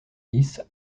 dix